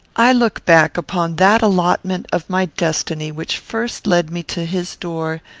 i look back upon that allotment of my destiny which first led me to his door,